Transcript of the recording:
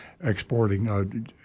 exporting